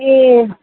ए